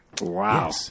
Wow